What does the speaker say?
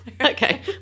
Okay